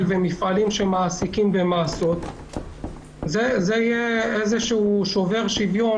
ומפעלים שמעסיקים במאסות זה יהיה שובר שוויון,